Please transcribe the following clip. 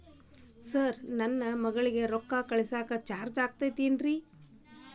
Sir ನನ್ನ ಮಗಳಗಿ ರೊಕ್ಕ ಕಳಿಸಾಕ್ ಚಾರ್ಜ್ ಆಗತೈತೇನ್ರಿ?